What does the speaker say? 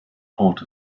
part